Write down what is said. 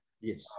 Yes